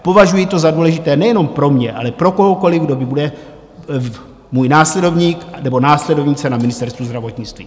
Považuji to za důležité nejenom pro mě, ale pro kohokoli, kdo bude můj následovník anebo následovnice na Ministerstvu zdravotnictví.